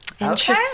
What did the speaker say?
Interesting